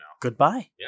Goodbye